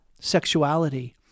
sexuality